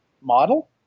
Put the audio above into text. model